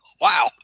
Wow